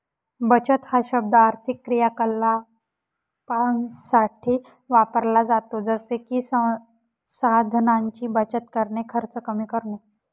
बचत हा शब्द आर्थिक क्रियाकलापांसाठी वापरला जातो जसे की संसाधनांची बचत करणे, खर्च कमी करणे